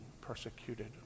persecuted